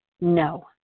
no